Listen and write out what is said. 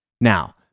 Now